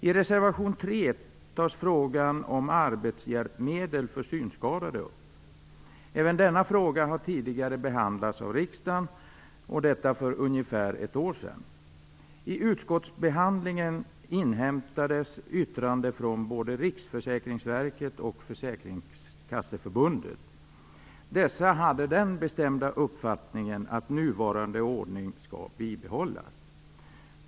I reservation 3 tas frågan om arbetshjälpmedel för synskadade upp. Även denna fråga har tidigare behandlats av riksdagen för ungefär ett år sedan. I Riksförsäkringsverket och Försäkringskasseförbundet. Dessa hade den bestämda uppfattningen att nuvarande ordning skall behållas.